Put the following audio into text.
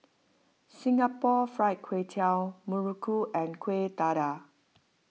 Singapore Fried Kway Tiao Muruku and Kuih Dadar